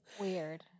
Weird